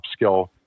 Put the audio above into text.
upskill